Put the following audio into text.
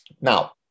now